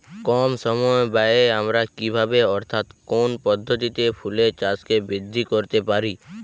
কম সময় ব্যায়ে আমরা কি ভাবে অর্থাৎ কোন পদ্ধতিতে ফুলের চাষকে বৃদ্ধি করতে পারি?